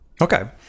Okay